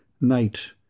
Night